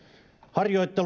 harjoittelu